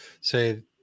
say